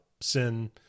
sin